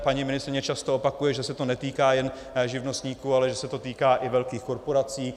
Paní ministryně často opakuje, že se to netýká jen živnostníků, ale že se to týká i velkých korporací.